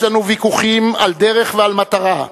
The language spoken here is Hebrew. יש לנו ויכוחים על דרך ועל מטרה.